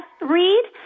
read